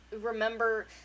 remember